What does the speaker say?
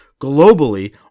globally